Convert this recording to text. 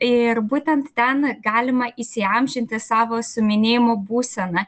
ir būtent ten galima įsiamžinti savo suminėjimo būseną